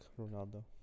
Ronaldo